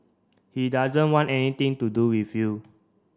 he doesn't want anything to do with you